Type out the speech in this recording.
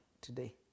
today